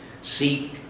seek